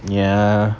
ya